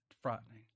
frightening